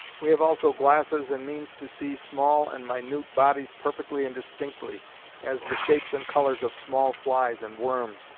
we have also glasses and means to see small and minute bodies perfectly and distinctly as the shapes and colours of small flies and worms,